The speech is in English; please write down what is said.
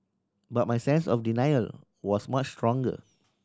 but my sense of denial was much stronger